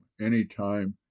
anytime